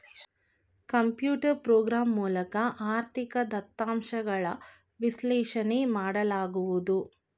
computer program ಮೂಲಕ ಆರ್ಥಿಕ ದತ್ತಾಂಶಗಳ ವಿಶ್ಲೇಷಣೆ ಮಾಡಲಾಗುವುದು